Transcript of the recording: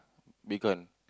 bitcoin